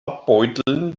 abbeuteln